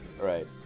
Right